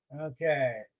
okay